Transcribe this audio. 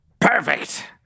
Perfect